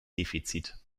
defizit